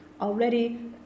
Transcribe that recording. Already